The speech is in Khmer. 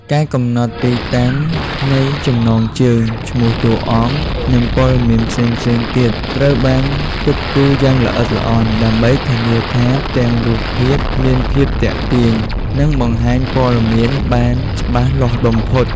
ការកំណត់ទីតាំងនៃចំណងជើង ឈ្មោះតួអង្គ និងព័ត៌មានផ្សេងៗទៀត ត្រូវបានគិតគូរយ៉ាងល្អិតល្អន់ ដើម្បីធានាថាផ្ទាំងរូបភាពមានភាពទាក់ទាញ និងបង្ហាញព័ត៌មានបានច្បាស់លាស់បំផុត ។